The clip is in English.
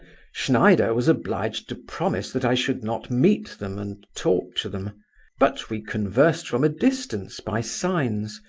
schneider was obliged to promise that i should not meet them and talk to them but we conversed from a distance by signs,